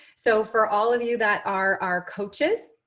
so for all of you that are our coaches,